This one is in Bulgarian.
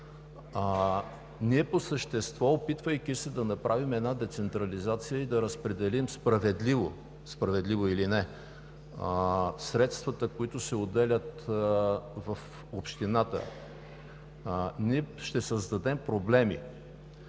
Ние по същество, опитвайки се да направим една децентрализация и да разпределим справедливо – справедливо или не, средствата, които се отделят в общината, ще създадем проблеми.